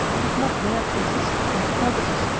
would not dare persist in his purposes,